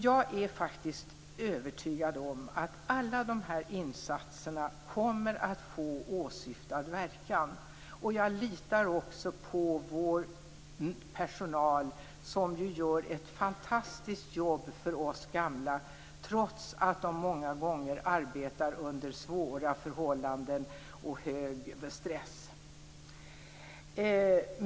Jag är faktiskt övertygad om att alla de här insatserna kommer att få åsyftad verkan. Jag litar på vår personal, som ju gör ett fantastiskt jobb för oss gamla trots att man många gånger arbetar under svåra förhållanden och hög stress.